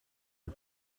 are